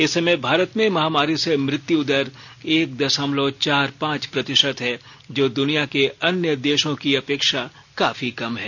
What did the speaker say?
इस समय भारत में महामारी से मृत्यु दर एक दशमलव चार पांच प्रतिशत है जो दुनिया के अन्य देशों की अपेक्षा काफी कम है